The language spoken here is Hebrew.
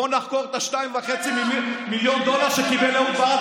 בואו נחקור את ה-2.5 מיליון דולר שקיבל אהוד ברק,